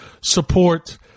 support